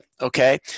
Okay